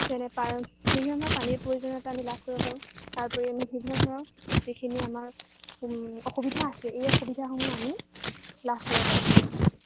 যেনে বিভিন্ন ধৰণৰ পানীৰ প্ৰয়োজনীয়তা আমি লাভ কৰিব পাৰোঁ তাৰ উপৰি আমি বিভিন্ন ধৰণৰ যিখিনি আমাৰ অসুবিধা আছে এই অসুবিধাসমূহ আমি লাভ কৰিব পাৰিম